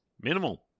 Minimal